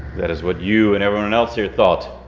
that is what you and everyone else here thought.